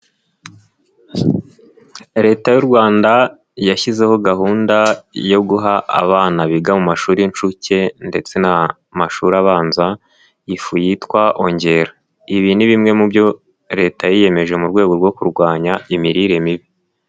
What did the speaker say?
Leta y'u Rwanda yashyizeho gahunda yo guha abana biga mu mashuri y'inshuke ndetse n'amashuri abanza ifu yitwa ongera, ibi ni bimwe mu byo Leta yiyemeje mu rwego rwo kurwanya imirire mibi.